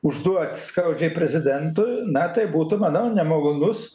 užduot skaudžiai prezidentui na tai būtų manau nemalonus